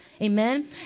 Amen